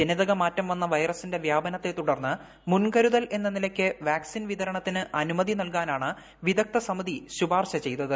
ജനിതകമാറ്റം വന്ന വൈറസിന്റെ വ്യാപനത്തെ തുടർന്ന് മുൻകരുതൽ എന്ന നിലയ്ക്ക് വാക്സിൻ വിതരണത്തിന് അനുമതി നൽകാനാണ് വിദഗ്ധ സമിതി ശുപാർശ ചെയ്തത്